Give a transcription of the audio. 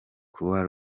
croix